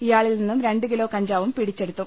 ഇയാളിൽ നിന്നും രണ്ടു കിലോ കഞ്ചാവും പിടിച്ചെടുത്തു